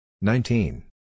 Nineteen